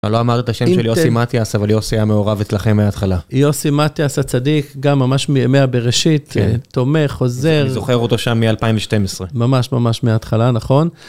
ולא אמר את השם של יוסי מטיאס, אבל יוסי היה מעורב אצלכם מההתחלה. יוסי מטיאס הצדיק, גם ממש מימי הבראשית, תומך, עוזר. אני זוכר אותו שם מ-2012. ממש ממש מההתחלה, נכון.